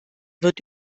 wird